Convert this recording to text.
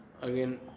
Again